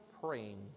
praying